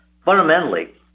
Fundamentally